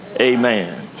Amen